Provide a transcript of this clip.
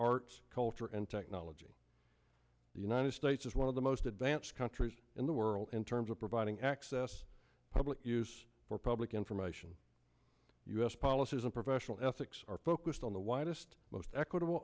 arts culture and technology the united states is one of the most advanced countries in the world in terms of providing access public use for public information u s policies and professional ethics are focused on the widest most equitable